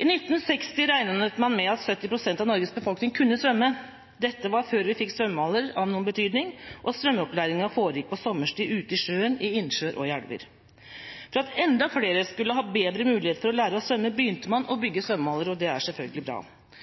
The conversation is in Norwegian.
I 1960 regnet man med at 70 pst. av Norges befolkning kunne svømme. Dette var før vi fikk svømmehaller av noen betydning, og svømmeopplæringa foregikk på sommerstid, ute i sjøen, i innsjøer og i elver. For at enda flere skulle ha bedre muligheter for å lære å svømme, begynte man å bygge svømmehaller, og det er selvfølgelig bra.